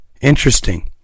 Interesting